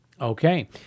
Okay